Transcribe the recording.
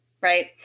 right